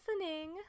listening